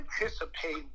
anticipate